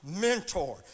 mentor